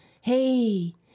Hey